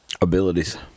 abilities